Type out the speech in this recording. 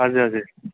हजुर हजुर